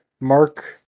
Mark